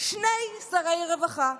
שני שרי רווחה,